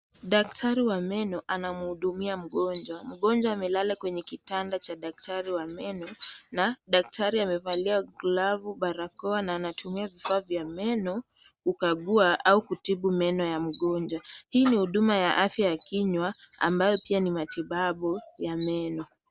Daktari wa meno anamhudumia mgonjwa, mgonjwa amelala kwenye kitanda cha daktari wa meno na daktari amevalia glavu, barakoa na anatumia vifaa vya meno kukagua au kutibu meno ya mgonjwa, hii ni huduma ya afya ya kinywa ambayo pia ni matibabu ya meno.